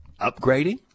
upgrading